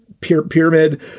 pyramid